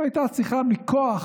שהייתה צריכה מכוח